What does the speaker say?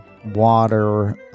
water